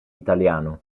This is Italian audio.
italiano